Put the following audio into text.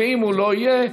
ואם הוא לא יהיה,